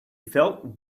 felt